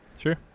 Sure